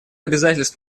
обязательств